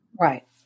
Right